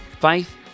faith